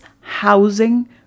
housing